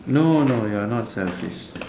no no you're not selfish